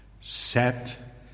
set